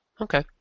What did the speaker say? Okay